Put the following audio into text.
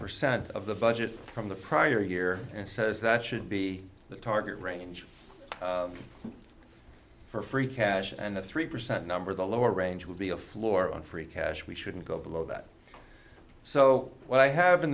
percent of the budget from the prior year and says that should be the target range for free cash and the three percent number the lower range will be a floor on free cash we shouldn't go below that so what i have in